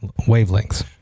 wavelengths